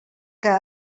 que